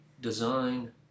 design